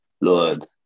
Lord